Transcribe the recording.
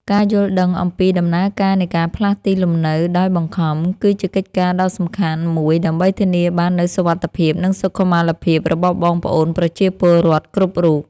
ការយល់ដឹងអំពីដំណើរការនៃការផ្លាស់ទីលំនៅដោយបង្ខំ គឺជាកិច្ចការដ៏សំខាន់មួយដើម្បីធានាបាននូវសុវត្ថិភាព និងសុខុមាលភាពរបស់បងប្អូនប្រជាពលរដ្ឋគ្រប់រូប។